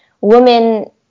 women